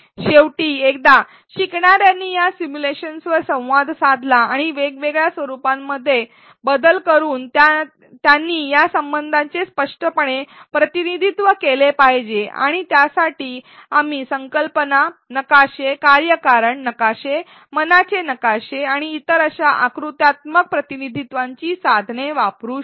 शेवटी एकदा शिकणार्यांनी या सिम्युलेशन्सवर संवाद साधला आणि वेगवेगळ्या रूपांमध्ये बदल करून त्यांना या संबंधांचे स्पष्टपणे प्रतिनिधित्व केले पाहिजे आणि त्यासाठी आपण संकल्पना नकाशे कार्यकारण नकाशे मनाचे नकाशे आणि इतर अशा आकृत्यात्मक प्रतिनिधित्वाची साधने वापरू शकतो